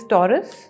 Taurus